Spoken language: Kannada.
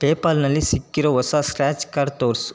ಪೇಪಾಲ್ನಲ್ಲಿ ಸಿಕ್ಕಿರೋ ಹೊಸ ಸ್ಕ್ರ್ಯಾಚ್ ಕಾರ್ಡ್ ತೋರಿಸು